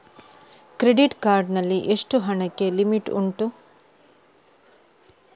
Credit card ನಲ್ಲಿ ಎಷ್ಟು ಹಣಕ್ಕೆ ಲಿಮಿಟ್ ಉಂಟು?